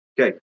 Okay